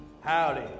Howdy